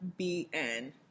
BN